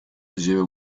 lleva